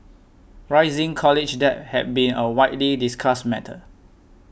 rising college debt has been a widely discussed matter